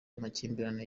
amakimbirane